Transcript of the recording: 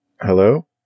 hello